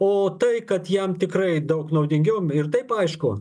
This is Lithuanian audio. o tai kad jam tikrai daug naudingiau ir taip aišku